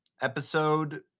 episode